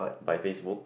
by FaceBook